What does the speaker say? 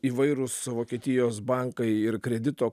įvairūs vokietijos bankai ir kredito